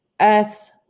earth's